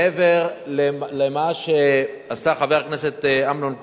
מעבר למה שעשה חבר הכנסת אמנון כהן,